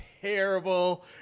terrible